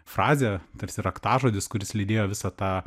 frazė tarsi raktažodis kuris lydėjo visą tą